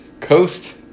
Coast